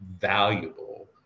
valuable